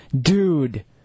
dude